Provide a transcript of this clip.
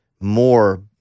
more